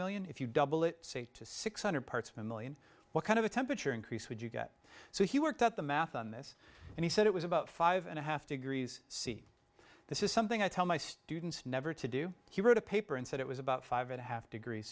million if you double it to six hundred parts per million what kind of a temperature increase would you get so he worked out the math on this and he said it was about five and a half degrees c this is something i tell my students never to do he wrote a paper and said it was about five and a half degrees